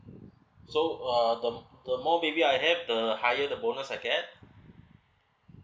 so uh the the more baby I have the higher the bonus I get